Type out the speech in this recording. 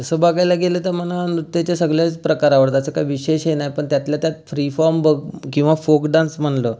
तसं बघायला गेलं तर मला नृत्याचे सगळेच प्रकार आवडतात तसं काही विशेष हे नाही पण त्यातल्या त्यात फ्री फॉम बघ किंवा फोक डान्स म्हणलं